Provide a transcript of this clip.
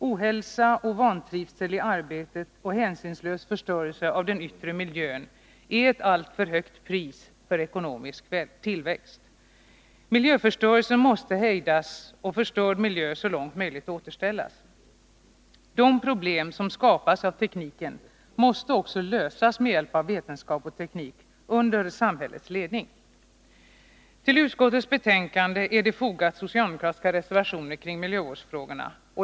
Ohälsa och vantrivsel i arbetet och hänsynslös förstörelse av den yttre miljön är ett alltför högt pris för ekonomisk tillväxt. Miljöförstörelsen måste hejdas och förstörd miljö så långt som möjligt återställas. De problem som skapas av tekniken måste också lösas med hjälp av vetenskap och teknik under samhällets ledning. Till utskottets betänkande är fogade socialdemokratiska reservationer om miljöfrågorna.